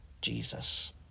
Jesus